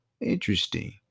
interesting